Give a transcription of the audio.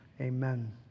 amen